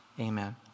Amen